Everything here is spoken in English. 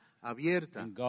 abierta